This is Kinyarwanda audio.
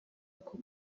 ariko